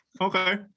Okay